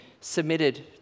submitted